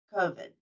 COVID